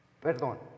Perdón